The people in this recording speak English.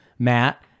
matt